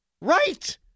Right